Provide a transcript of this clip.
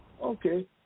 Okay